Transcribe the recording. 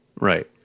Right